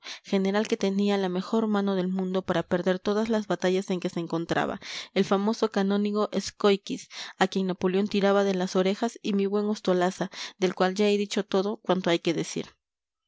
general que tenía la mejor mano del mundo para perder todas las batallas en que se encontraba el famoso canónigo escóiquiz a quien napoleón tiraba de las orejas y mi buen ostolaza del cual ya he dicho todo cuanto hay que decir